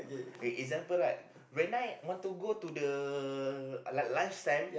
okay example right when I want to go the l~ lunch time